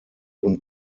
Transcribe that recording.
und